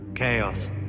Chaos